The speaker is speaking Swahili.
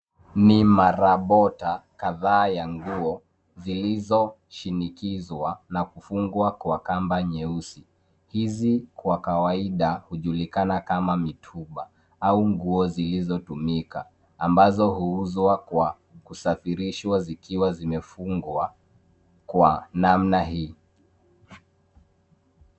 Ni marabota kadhaa ya nguo zilizoshinikizwa na kufungwa kwa kamba nyeusi. Hizi kwa kawaida, hujulikana kama mitumba au nguo zilizotumika ambazo huuuzwa kwa kusafirishwa zikiwa zimefungwa kwa namna hii.